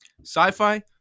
Sci-fi